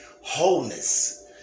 wholeness